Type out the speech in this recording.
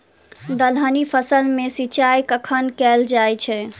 दलहनी फसल मे सिंचाई कखन कैल जाय छै?